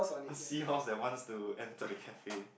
a seahorse that wants to enter the cafe